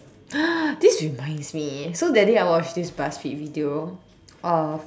this reminds me so that day I watched this Buzzfeed video of